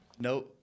no